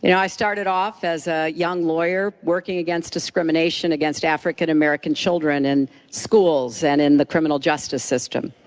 you know i started off as a young lawyer working against discrimination against african-american children and schools and in the criminal justice system.